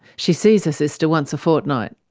she sees her sister once a fortnight.